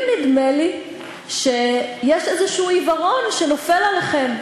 נדמה לי שיש איזה עיוורון שנופל עליכם.